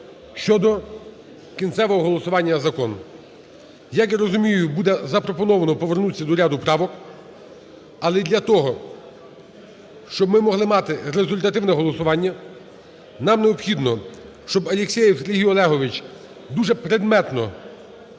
щодо кінцевого голосування закону. Як я розумію, буде запропоновано повернутися до ряду правок. Але для того, щоб ми могли мати результативне голосування, нам необхідно, щоб Алєксєєв Сергій Олегович дуже предметно